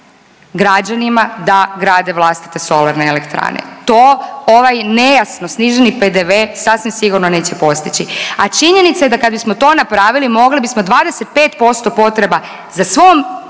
da grade vlastite solarne elektrane, to ovaj nejasno sniženi PDV sasvim sigurno neće postići, a činjenica je da kad bismo to napravili mogli bismo 25% potreba za svom